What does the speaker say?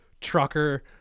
trucker